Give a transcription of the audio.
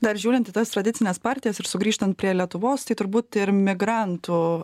dar žiūrint į tas tradicines partijas ir sugrįžtant prie lietuvos tai turbūt ir migrantų